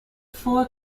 four